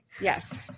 Yes